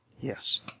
Yes